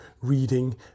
reading